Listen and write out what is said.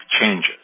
changes